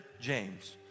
james